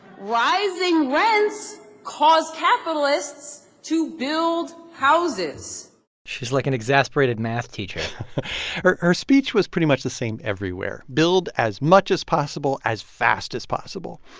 rising rents cause capitalists to build houses she's like an exasperated math teacher her her speech was pretty much the same everywhere build as much as possible as fast as possible.